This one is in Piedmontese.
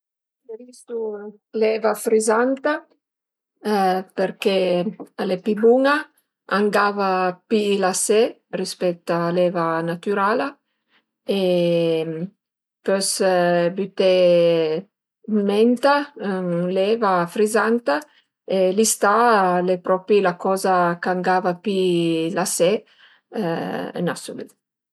Preferisu l'eva frizanta perché al e pi bun-a, a m'gava pi la se rispèt a l'eva natürala e pös büté dë menta ën l'eva frizanta e d'istà al e propi la coza ch'a m'gava pi la se ën asolüt